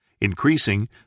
increasing